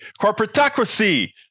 corporatocracy